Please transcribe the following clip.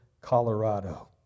Colorado